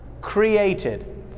Created